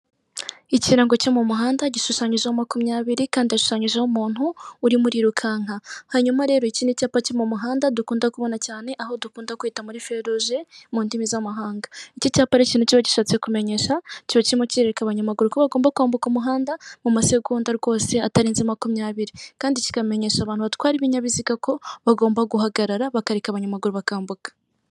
Ikirango cyo mumuhanda gishoshanyijeho makumyabiri kandi hashoshanyijeho umuntu urimo urirukanka. Hanyuma rero iki n'icyapa cyo mumuhanda dukunda kubona cyane aho dukunda kwita muri feruje mundimi z'amahanga. Iki cyapa rero ikintu kiba gishatse kumenyesha kiba kirimo kirereka abanyamaguru ko bagomba kwambuka umuhanda mu masegonda atarenze makumyabiri kandi kikamenyesha abantu batwaye ibinyabiziga ko bagomba guhagarara bakareka abanyamaguru bakambuka.